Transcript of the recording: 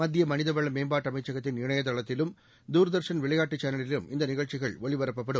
மத்திய மனித வள மேம்பாட்டு அமைச்சகத்தின் இணையதளத்திலும் தூர்தர்ஷன் விளையாட்டுச் சானலிலும் இந்த நிகழ்ச்சிகள் ஒளிபரப்பப்படும்